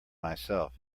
myself